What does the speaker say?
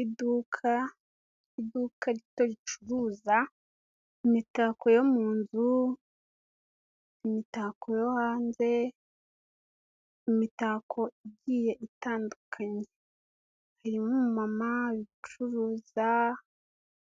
Iduka, iduka rito ricuruza imitako yo mu nzu, imitako yo hanze, imitako igiye itandukanye. Harimo umumama ucuruza